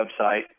website